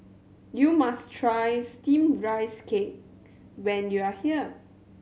you must try Steamed Rice Cake when you are here